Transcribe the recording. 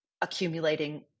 accumulating